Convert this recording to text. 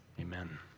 Amen